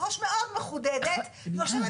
ומכיוון